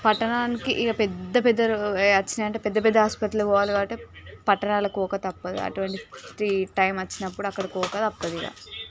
పట్టణానికి ఇక పెద్ద పెద్దవి రోగ వచ్చినట్టు అయితే పెద్దపెద్ద హాస్పిటళ్ళకి పోవాలి కాబట్టి పట్టణాలకు పోక తప్పదు అటువంటి టైమ్ వచ్చినప్పుడు అక్కడికి పోక తప్పదు ఇక